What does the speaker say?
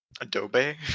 Adobe